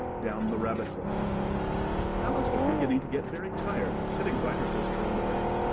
down the rabbit-hole alice was beginning to get very tired of sitting by her sister on the bank,